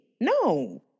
No